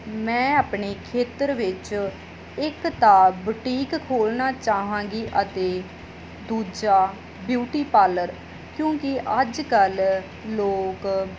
ਮੈਂ ਆਪਣੇ ਖੇਤਰ ਵਿੱਚ ਇੱਕ ਤਾਂ ਬੁਟੀਕ ਖੋਲਣਾ ਚਾਹਵਾਂਗੀ ਅਤੇ ਦੂਜਾ ਬਿਊਟੀ ਪਾਰਲਰ ਕਿਉਂਕਿ ਅੱਜ ਕੱਲ੍ਹ ਲੋਕ